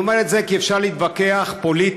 אני אומר את זה כי אפשר להתווכח פוליטית